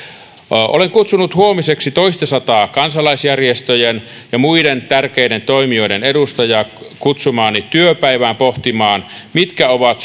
olen kutsunut huomiseksi toistasataa kansalaisjärjestöjen ja muiden tärkeiden toimijoiden edustajaa työpäivään pohtimaan mitkä ovat